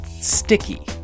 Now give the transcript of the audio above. sticky